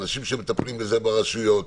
האנשים שמטפלים בזה ברשויות,